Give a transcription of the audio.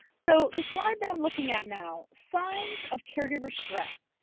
so the slide that i'm looking at now, signs of caregiver stress.